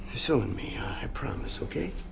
soon, mija, i promise, okay?